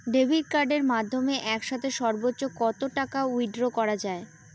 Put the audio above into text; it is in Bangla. ডেবিট কার্ডের মাধ্যমে একসাথে সর্ব্বোচ্চ কত টাকা উইথড্র করা য়ায়?